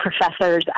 professors